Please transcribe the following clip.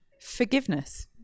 Forgiveness